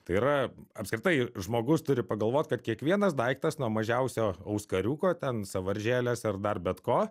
tai yra apskritai žmogus turi pagalvot kad kiekvienas daiktas nuo mažiausio auskariuko ten sąvaržėlės ar dar bet ko